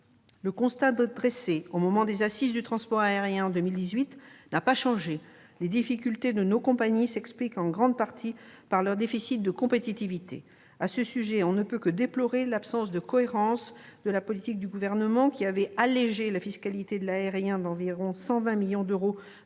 Le constat dressé au moment des assises du transport aérien, en 2018, n'a pas changé : les difficultés de nos compagnies s'expliquent en grande partie par leur déficit de compétitivité. À ce sujet, on ne peut que déplorer l'absence de cohérence de la politique du Gouvernement, qui avait allégé la fiscalité de l'aérien d'environ 120 millions d'euros dans